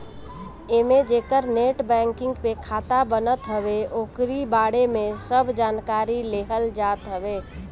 एमे जेकर net banking पे खाता बनत हवे ओकरी बारे में सब जानकारी लेहल जात हवे